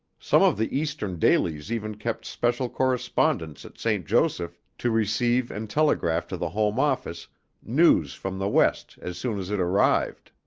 some of the eastern dailies even kept special correspondents at st. joseph to receive and telegraph to the home office news from the west as soon as it arrived.